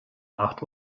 acht